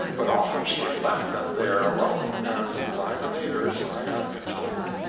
but often she had left them there alone, as, by the neighbors, i have been told.